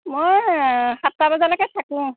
মই সাতটা বজালৈকে থাকোঁ